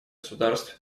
государств